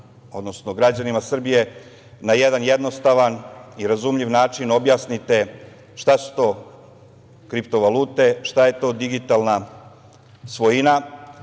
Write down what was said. odnosno građanima Srbije, na jedan jednostavan i razumljiv način objasnite šta su to kriptovalute, šta je to digitalna svojina. Maločas